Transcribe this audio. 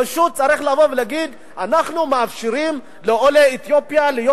פשוט צריך לבוא ולהגיד: אנחנו מאפשרים לעולי אתיופיה להיות